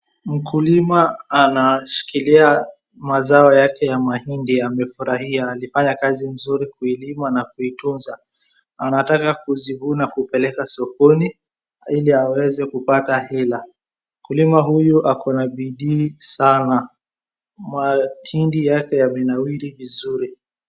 Mkulima anashikilia mazao yake ya mahindi. Amefurahia, alifanya kazi nzuri kuulima na kuitunza. Anataka kuzivuna, kupeleka sokoni ili aweze kupata hela . Mkulima huyu yuko na bidii sana, mahindi yake yamenawiri vizuri.